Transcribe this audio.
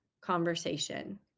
conversation